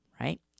Right